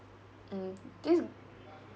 mm this